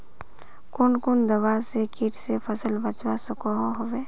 कुन कुन दवा से किट से फसल बचवा सकोहो होबे?